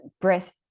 breath